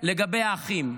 לגבי האחים.